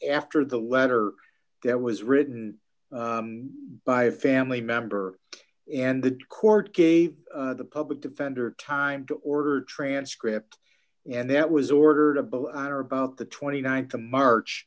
after the letter that was written by a family member and the court gave the public defender time to order transcript and that was ordered a bill on or about the th of march